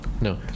No